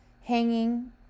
hanging